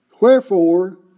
Wherefore